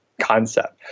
concept